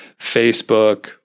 Facebook